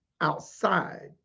outside